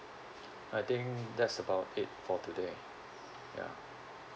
I think that's about it for today ya